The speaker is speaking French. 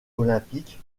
olympique